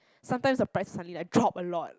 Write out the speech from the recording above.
sometimes the price suddenly like drop a lot